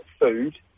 food